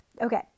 Okay